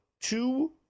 two